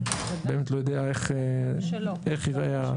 אני באמת לא יודע איך ייראה.